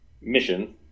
mission